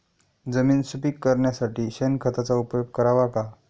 जमीन सुपीक करण्यासाठी शेणखताचा उपयोग करावा का?